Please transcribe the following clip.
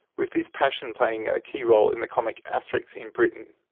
with this passion playing a key role in the comic asterix in britain.